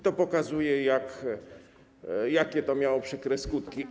To pokazuje, jakie to miało przykre skutki.